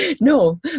No